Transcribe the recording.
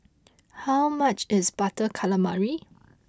how much is Butter Calamari